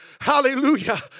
Hallelujah